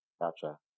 Gotcha